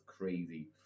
crazy